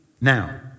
now